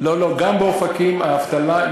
באופקים לא.